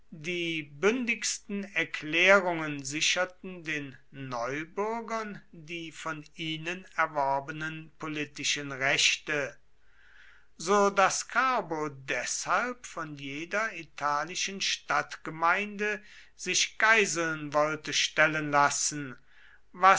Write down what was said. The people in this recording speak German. die bündigsten erklärungen sicherten den neubürgern die von ihnen erworbenen politischen rechte so daß carbo deshalb von jeder italischen stadtgemeinde sich geiseln wollte stellen lassen